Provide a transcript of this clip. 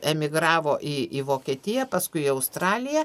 emigravo į į vokietiją paskui į australiją